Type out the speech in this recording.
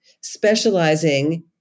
specializing